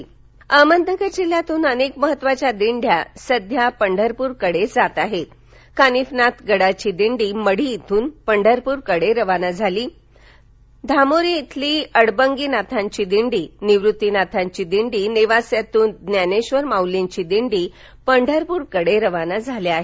दिंडया अहमदनगर अहमदनगर जिल्ह्यातून अनेक महत्त्वाच्या दिंड्या सध्या पंढरपूरकडे जात आहेत कानिफनाथ गडाची दिंडी मढी इथून पंढरपूरकडे रवाना झाली धामोरी इथली अडबंगी नाथांची दिंडी निवृत्ती नाथांची दिंडी नेवास्यातून ज्ञानेश्वर माऊलींची दिंडी पंढरपुरकडे रवाना झाल्या आहेत